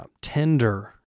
tender